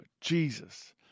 Jesus